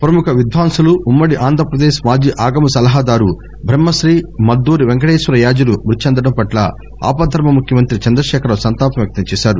ప్రముఖ విద్యాంసులు ఉమ్మడి ఆంధ్రప్రదేశ్ మాజీ ఆగమ సలహాదారు బ్రహ్మశ్రీ మద్దూరి వెంకటేశ్వర యాజులు మృతి చెందటం పట్ల ఆపద్దర్శ ముఖ్యమంత్రి చంద్రశేఖరరావు సంతాపం వ్యక్తం చేశారు